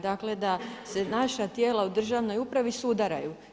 Dakle da se naša tijela u državnoj upravi sudaraju.